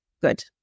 good